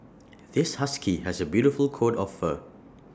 this husky has A beautiful coat of fur